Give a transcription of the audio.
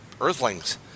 Earthlings